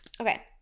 okay